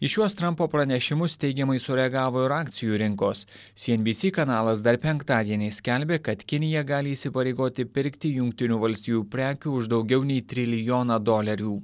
į šiuos trampo pranešimus teigiamai sureagavo ir akcijų rinkos si en bi si kanalas dar penktadienį skelbė kad kinija gali įsipareigoti pirkti jungtinių valstijų prekių už daugiau nei trilijoną dolerių